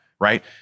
right